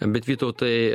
bet vytautai